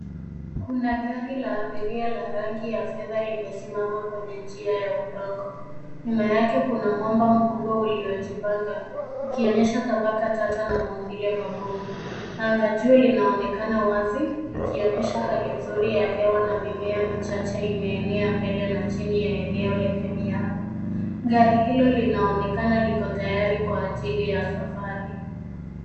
Kuna gari la abiria la rangi ya fedha limesimama kwenye njia ya udongo. Nyuma yake kuna mwanga mkubwa uliojipanga ukionyesha tabaka tata na maumbile magumu. Anga juu linaonekana wazi likionyesha hali nzuri ya hewa na mimea michache imeenea mbele na chini ya eneo lenye miamba. Gari hilo linaonekana liko tayari kwa ajili ya safari.